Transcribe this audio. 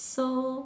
so